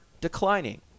declining